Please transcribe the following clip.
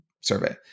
survey